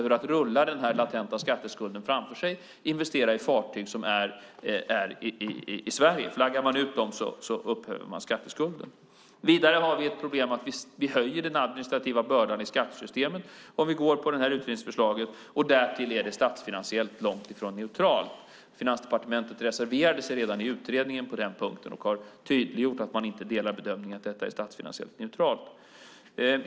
För att rulla den här latenta skatteskulden framför sig måste man investera i fartyg i Sverige. Flaggar man ut dem upphäver man skatteskulden. Vidare har vi ett problem med att vi höjer den administrativa bördan i skattesystemet om vi går på utredningsförslaget, och därtill är det långt ifrån statsfinansiellt neutralt. Finansdepartementet reserverade sig redan i utredningen på den punkten och har tydliggjort att man inte delar bedömningen att detta är statsfinansiellt neutralt.